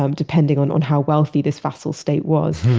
um depending on on how wealthy this vassal state was.